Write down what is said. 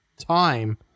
time